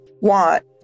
want